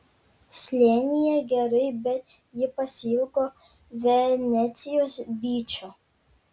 slėnyje gerai bet ji pasiilgo venecijos byčo